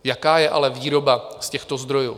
Jaká je ale výroba z těchto zdrojů?